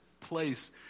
place